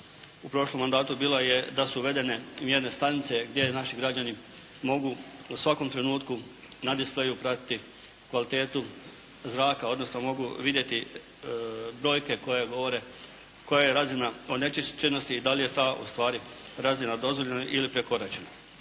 u prošlom mandatu bilo je da su uvedene mjerne stanice gdje naši građani mogu u svakom trenutku na displeju pratiti kvalitetu zraka, odnosno mogu vidjeti brojke koje govore koja je razina onečišćenosti i da li je ta, ustvari razina dozvoljena ili prekoračena.